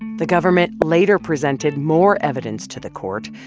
the government later presented more evidence to the court,